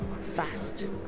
fast